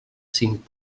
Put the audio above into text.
cinc